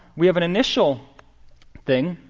we have an initial thing.